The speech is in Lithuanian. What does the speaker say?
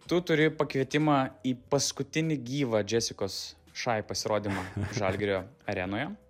tu turi pakvietimą į paskutinį gyvą džesikos šai pasirodymą žalgirio arenoje